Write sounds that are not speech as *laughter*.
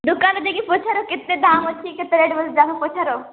ଦୋକାନ ଯାଇକି ପଚାର କେତେ ଦାମ୍ ଅଛି କେତେ ରେଟ୍ *unintelligible* ଯାଉନ ପଚାର